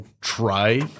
try